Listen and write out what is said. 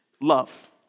Love